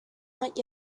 not